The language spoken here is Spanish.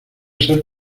ser